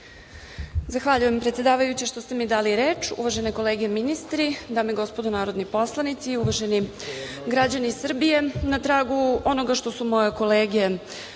Zahvaljujem predsedavajuća, što ste mi dali reč. Uvažene kolege ministri, dame i gospodo narodni poslanici, uvaženi građani Srbije, na tragu onoga što su moje kolege